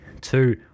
two